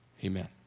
Amen